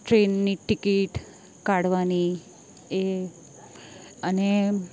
ટ્રેનની ટિકિટ કાઢવાની એ અને